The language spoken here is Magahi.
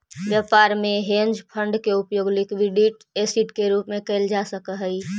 व्यापार में हेज फंड के उपयोग लिक्विड एसिड के रूप में कैल जा सक हई